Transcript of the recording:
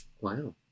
Wow